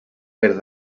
verdad